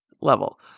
level